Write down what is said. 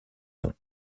nom